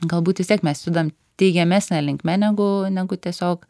galbūt vis tiek mes judam teigiamesne linkme negu negu tiesiog